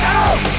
out